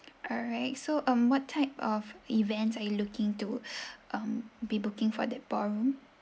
alright so um what type of events are you looking to um be booking for that ballroom